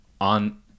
on